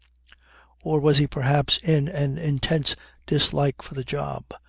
or was he perhaps, in an intense dislike for the job,